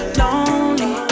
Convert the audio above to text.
lonely